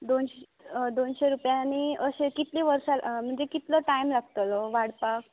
दोनश् दोनशे रुपया आनी अशें कितलीं वर्सां म्हणजे कितलो टायम लागतलो वाडपाक